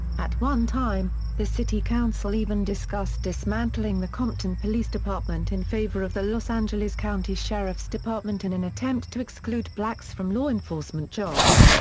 at one time, the city council even discussed dismantling the compton police department in favor of the los angeles county sheriff's department in an attempt to exclude blacks from law enforcement jobs.